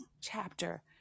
chapter